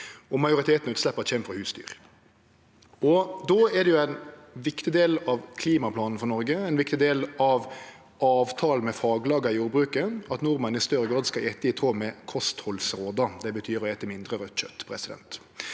og majoriteten av utsleppa kjem frå husdyr. Då er det ein viktig del av klimaplanen for Noreg, ein viktig del av avtalen med faglaga i jordbruka, at nordmenn i større grad skal ete i tråd med kosthaldsråda – det betyr å ete mindre raudt kjøt. Då vert